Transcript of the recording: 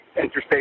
Interstate